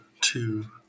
two